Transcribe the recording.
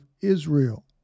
Israel